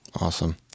Awesome